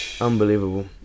Unbelievable